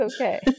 Okay